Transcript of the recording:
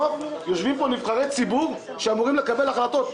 יושבים פה נבחרי ציבור שאמורים לקבל החלטות.